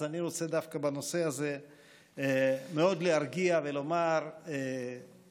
אז דווקא בנושא הזה אני רוצה להרגיע מאוד ולומר שאכן,